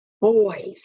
boys